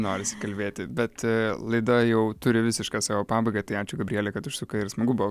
norisi kalbėti bet laida jau turi visišką savo pabaigą tai ačiū gabriele kad užsukai ir smagu buvo